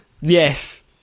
Yes